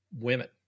women